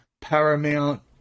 Paramount